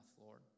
Lord